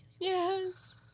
Yes